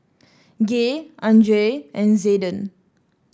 Gay Andrae and Zayden